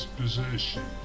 position